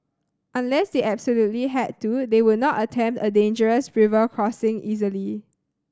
unless they absolutely had to they would not attempt a dangerous river crossing easily